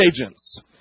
agents